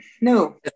No